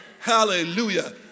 Hallelujah